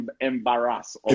embarrass